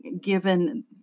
given